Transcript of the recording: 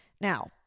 Now